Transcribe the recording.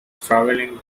travelling